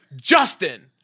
Justin